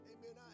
Amen